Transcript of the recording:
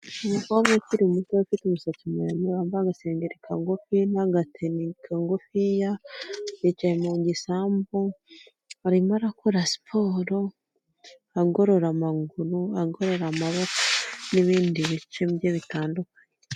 Umukobwa ukiri muto ufite umusatsi muremure wambaye agasengeri kagufiya n'agateni kagufiya, yacaye mu gisambu arimo akora siporo agorora amaguru, agorora amaboko n'ibindi bice bye bitandukanye.